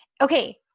Okay